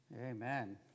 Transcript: Amen